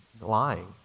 lying